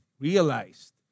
realized